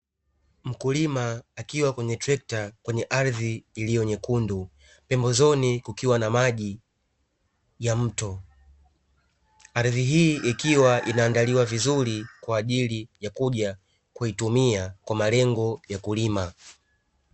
Mkulima akiwa kwenye trekta kwenye ardhi iliyo nyekundu, pembezoni kukiwa na maji ya mto, ardhi hii ikiwa inaandaliwa vizuri kwa ajili ya kuja kuitumia kwa malengo ya kulima.